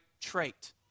trait